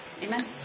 Amen